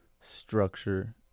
structure